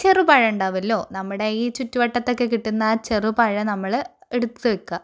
ചെറുപഴം ഉണ്ടാകുമല്ലൊ നമ്മടെ ഈ ചുറ്റുവട്ടത്തൊക്കെ കിട്ടുന്ന ആ ചെറുപഴം നമ്മള് എടുത്തുവെക്കുക